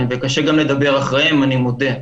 וקשה גם לדבר אחריהם, אני מודה.